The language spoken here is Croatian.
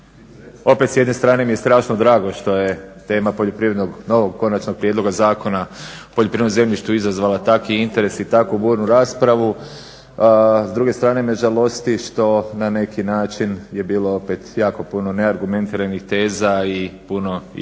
opet s jedne strane mi je strašno drago što je tema poljoprivrednog novog konačnog prijedloga zakona poljoprivrednom zemljištu izazvala takvi interes i takvu burnu raspravu. S druge strane me žalost što na neki način je bilo opet jako puno ne argumentiranih teza i puno i